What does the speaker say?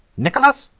nicholas,